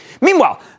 Meanwhile